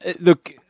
Look